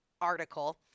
article